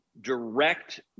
direct